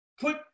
put